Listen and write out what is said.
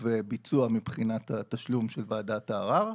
ביצוע מבחינת התשלום של ועדת הערר,